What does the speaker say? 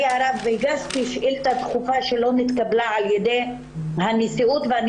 הרב הגשתי שאילתה דחופה שלא התקבלה על ידי הנשיאות ואני